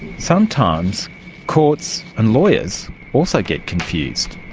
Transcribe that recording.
sometimes courts and lawyers also get confused.